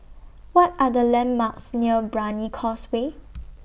What Are The landmarks near Brani Causeway